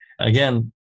Again